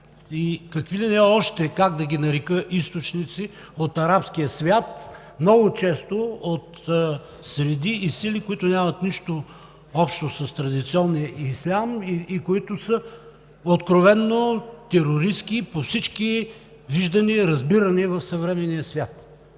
и какви ли не още, как да ги нарека, източници от арабския свят, много често от среди и сили, които нямат нищо общо с традиционния ислям и които са откровено терористки по всички виждания и разбирания в съвременния свят.